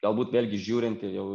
galbūt vėlgi žiūrint jau